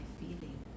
feeling